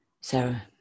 sarah